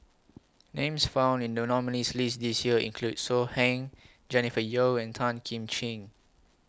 Names found in The nominees' list This Year include So Heng Jennifer Yeo and Tan Kim Ching